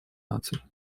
наций